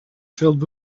filled